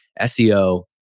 SEO